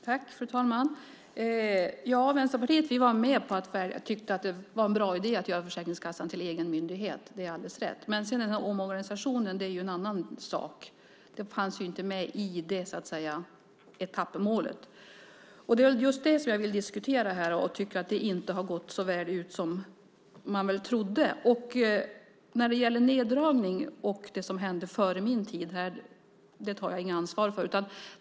Fru talman! Ja, vi i Vänsterpartiet var med och tyckte att det var en bra idé att göra Försäkringskassan till en egen myndighet. Det är alldeles rätt. Men omorganisationen är en annan sak. Det fanns inte med i det etappmålet. Det är just det som jag vill diskutera här. Jag tycker inte att det har fallit så väl ut som man trodde. Det som gäller neddragning och det som hände före min tid här tar jag inget ansvar för.